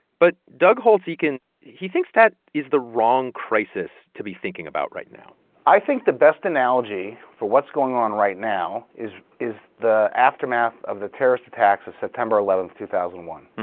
but doug holtz-eakin he thinks that is the wrong crisis to be thinking about right now i think the best analogy for what's going on right now is is the aftermath of the terrorist attacks of september eleven, two thousand and one.